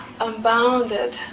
unbounded